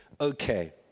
okay